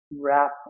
wrap